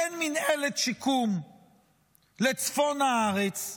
אין מינהלת שיקום לצפון הארץ.